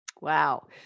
Wow